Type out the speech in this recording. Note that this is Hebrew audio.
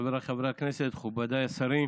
חבריי חברי הכנסת, מכובדיי השרים,